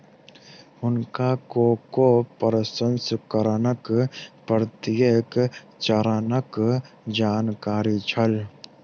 हुनका कोको प्रसंस्करणक प्रत्येक चरणक जानकारी छल